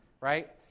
right